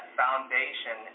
foundation